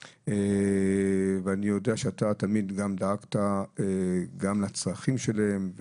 ואני יודע שאתה תמיד דאגת גם לצרכים שלהם,